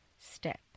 step